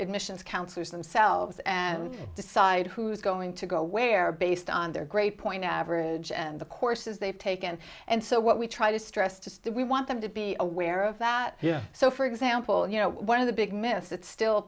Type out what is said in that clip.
admissions counselors themselves and decide who's going to go where based on their grade point average and the courses they've taken and so what we try to stress to that we want them to be aware of that so for example you know one of the big m